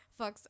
fucks